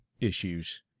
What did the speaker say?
issues